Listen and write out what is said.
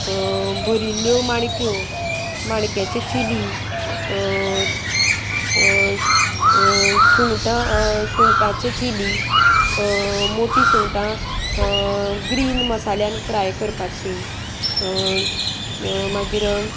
भरिल्ल्यो माणक्यो माणक्याचे चिली सुंगटां सुंगटांची चिली मोटी सुंगटां ग्रीन मसाल्यान फ्राय करपाची मागीर